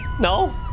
No